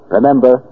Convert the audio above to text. Remember